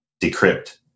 decrypt